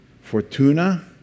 Fortuna